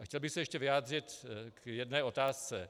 Chtěl bych se ještě vyjádřit k jedné otázce.